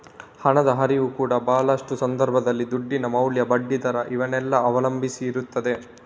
ಹಣದ ಹರಿವು ಕೂಡಾ ಭಾಳಷ್ಟು ಸಂದರ್ಭದಲ್ಲಿ ದುಡ್ಡಿನ ಮೌಲ್ಯ, ಬಡ್ಡಿ ದರ ಇವನ್ನೆಲ್ಲ ಅವಲಂಬಿಸಿ ಇರ್ತದೆ